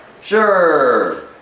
Sure